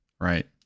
Right